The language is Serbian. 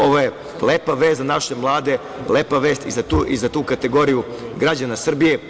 Ovo je lepa vest za naše mlade, lepa vest i za tu kategoriju građana Srbije.